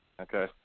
Okay